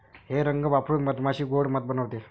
हे रंग वापरून मधमाशी गोड़ मध बनवते